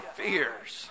fears